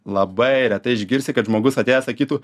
labai retai išgirsi kad žmogus atėjęs sakytų